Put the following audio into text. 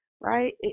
right